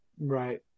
Right